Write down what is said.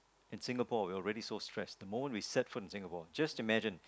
in Singapore we are already so stressed the moment we step foot into Singapore just imagine